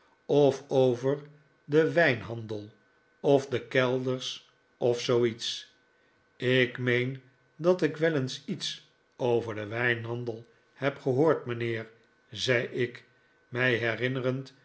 of over den wijnhandel of de kelders of zooiets ik meen dat ik wel eens iets over den wijnhandel heb gehoord mijnheer zei ik